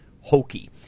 hokey